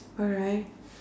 alright